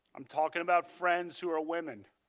um talking about friends who are women.